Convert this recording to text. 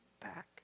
back